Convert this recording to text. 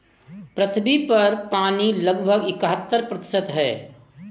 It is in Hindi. पृथ्वी पर पानी लगभग इकहत्तर प्रतिशत है